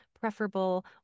preferable